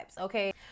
okay